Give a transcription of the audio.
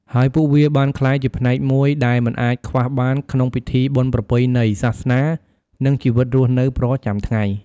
ហើយពួកវាបានក្លាយជាផ្នែកមួយដែលមិនអាចខ្វះបានក្នុងពិធីបុណ្យប្រពៃណី សាសនា និងជីវិតរស់នៅប្រចាំថ្ងៃ។